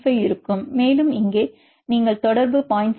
5 இருக்கும் மேலும் இங்கே நீங்கள் தொடர்பு 0